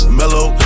mellow